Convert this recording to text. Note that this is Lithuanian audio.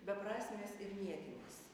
beprasmis ir niekinis